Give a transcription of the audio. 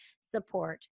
support